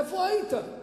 איפה היית?